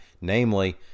Namely